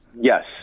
Yes